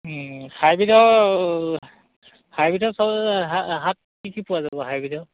হাইব্ৰীডৰ হাইব্ৰীডৰ চব শাক কি কি পোৱা যাব হাইব্ৰীডৰ